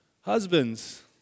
Husbands